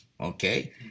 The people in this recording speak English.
Okay